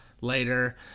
later